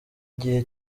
igihe